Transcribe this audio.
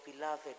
beloved